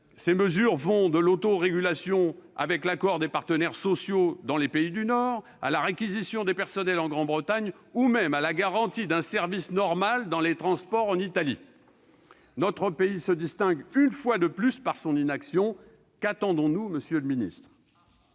Ces mesures vont de l'autorégulation, avec l'accord des partenaires sociaux, dans les pays du Nord, à la réquisition des personnels en Grande-Bretagne, ou même à la garantie d'un service normal dans les transports en Italie. Notre pays se distingue donc une fois de plus par son inaction. Qu'attendons-nous, monsieur le secrétaire